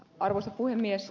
arvoisa puhemies